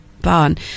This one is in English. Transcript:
barn